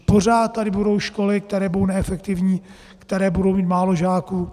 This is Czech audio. Pořád tady budou školy, které budou neefektivní, které budou mít málo žáků.